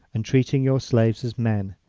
and treating your slaves as men,